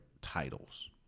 titles